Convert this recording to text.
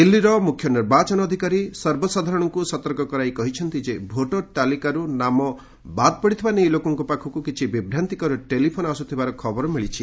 ଦିଲ୍ଲୀର ମୁଖ୍ୟ ନିର୍ବାଚନ ଅଧିକାରୀ ସର୍ବସାଧାରଣଙ୍କୁ ସତର୍କ କରାଇ କହିଛନ୍ତି ଯେ ଭୋଟର ତାଲିକାରୁ ନାମ ବାଦ୍ ପଡ଼ିଥିବା ନେଇ ଲୋକଙ୍କ ପାଖକୁ କିଛି ବିଭ୍ରାନ୍ତିକର ଟେଲିଫୋନ୍ ଆସୁଥିବାର ଖବର ମିଳିଛି